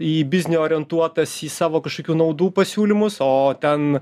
į biznį orientuotas į savo kažkokių naudų pasiūlymus o ten